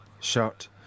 shot